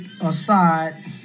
aside